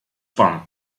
pan